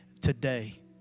today